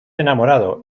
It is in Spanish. enamorado